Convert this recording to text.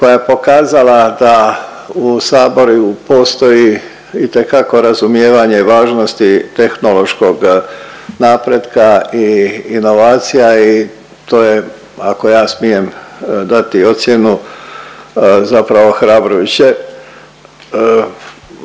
koja je pokazala da u Saboru postoji itekako razumijevanje važnosti tehnološkog napretka i inovacija i to je, ako ja smijem dati ocjenu, zapravo ohrabrujuće.